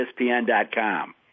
ESPN.com